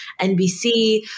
NBC